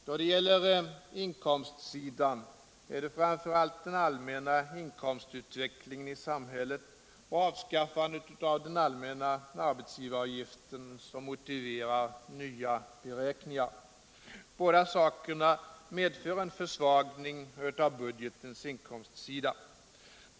Då det gäller inkomstsidan är det framför allt den allmänna inkomstutvecklingen i samhället och avskaffandet av den allmänna arbetsgivaravgiften som motiverar nya beräkningar. Båda sakerna medför en försvagning av budgetens inkomstsida.